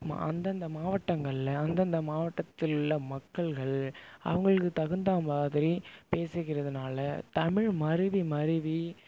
மா அந்தந்த மாவட்டங்கள்ல அந்தந்த மாவட்டத்தில் உள்ள மக்கள்கள் அவங்களுக்கு தகுந்தமாதிரி பேசிக்கிறதனால தமிழ் மருவி மருவி